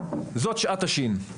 זאת שעת השין.